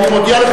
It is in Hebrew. אני מודיע לך.